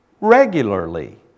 regularly